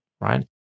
right